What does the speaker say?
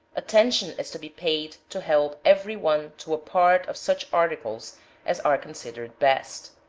attention is to be paid to help every one to a part of such articles as are considered best.